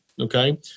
Okay